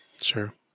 Sure